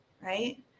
right